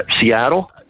Seattle